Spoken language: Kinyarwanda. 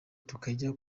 tukajya